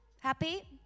Happy